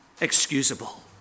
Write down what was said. excusable